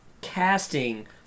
casting